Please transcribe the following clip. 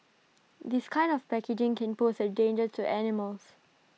this kind of packaging can pose A danger to animals